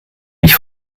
mich